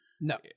No